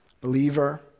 Believer